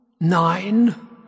nine